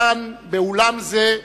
כאן, באולם זה,